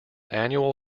annual